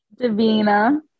davina